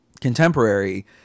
contemporary